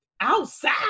outside